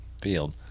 field